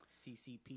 CCP